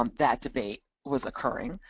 um that debate was occurring,